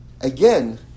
again